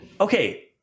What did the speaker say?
okay